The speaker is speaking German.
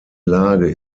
lage